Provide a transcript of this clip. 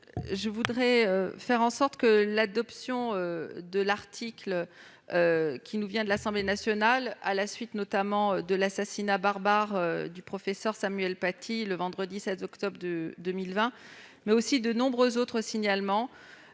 est à Mme Valérie Boyer. L'adoption de cet article à l'Assemblée nationale, à la suite, notamment, de l'assassinat barbare du professeur Samuel Paty le vendredi 16 octobre 2020, mais aussi de nombreux autres signalements,